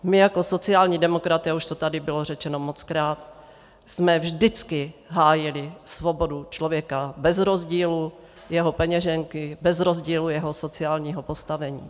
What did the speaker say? My jako sociální demokraté, a už to tady bylo řečeno mockrát, jsme vždycky hájili svobodu člověka bez rozdílu jeho peněženky, bez rozdílu jeho sociálního postavení.